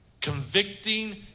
convicting